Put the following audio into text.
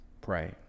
Pray